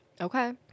Okay